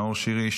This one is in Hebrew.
נאור שירי,